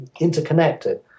interconnected